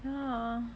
ya